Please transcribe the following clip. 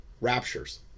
raptures